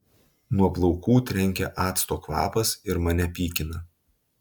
nuo plaukų trenkia acto kvapas ir mane pykina